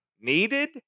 needed